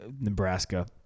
Nebraska